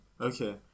Okay